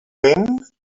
vent